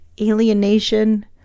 alienation